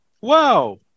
Wow